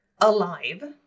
alive